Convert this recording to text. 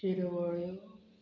शिरवळ्यो